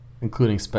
including